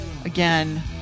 Again